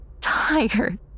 tired